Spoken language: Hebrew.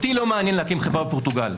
אותי לא מעניין להקים חברה בפורטוגל,